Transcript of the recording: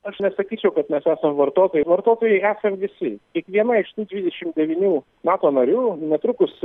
aš nesakyčiau kad mes esam vartotojai vartotojai esam visi kiekviena iš tų dvidešimt devynių nato narių netrukus